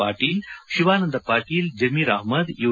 Patil Shivanand Patil Zameer Ahmed you